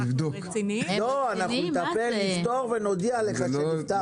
לא, אנחנו נפתור ונודיע לך שנפתר.